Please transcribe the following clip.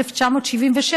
1977,